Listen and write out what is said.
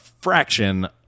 fraction